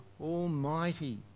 almighty